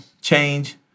change